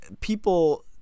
people